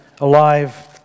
alive